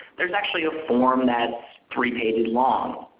there is actually a form that is three pages long.